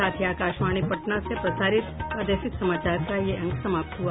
इसके साथ ही आकाशवाणी पटना से प्रसारित प्रादेशिक समाचार का ये अंक समाप्त हुआ